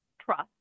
trust